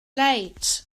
late